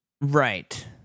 Right